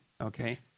okay